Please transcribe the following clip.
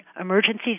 emergencies